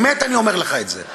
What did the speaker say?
באמת אני אומר לך את זה.